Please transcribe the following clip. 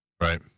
Right